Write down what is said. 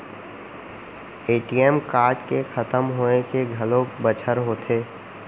ATM card के खतम होए के घलोक बछर होथे